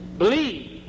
Believe